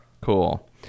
Cool